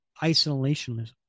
isolationism